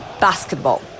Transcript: Basketball